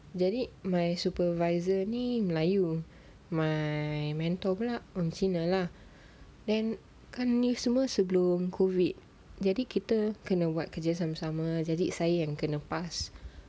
jadi my supervisor ni melayu you my mentor pula cina lah then kan ni sebelum COVID jadi kita kena buat kerja sama-sama kan jadi saya yang kena pass